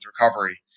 recovery